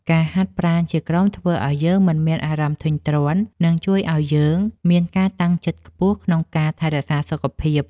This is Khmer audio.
ការហាត់ប្រាណជាក្រុមធ្វើឱ្យយើងមិនមានអារម្មណ៍ធុញទ្រាន់ និងជួយឱ្យយើងមានការតាំងចិត្តខ្ពស់ក្នុងការថែរក្សាសុខភាព។